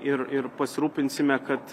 ir ir pasirūpinsime kad